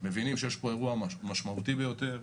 אנחנו מבינים שיש פה אירוע משמעותי ביותר.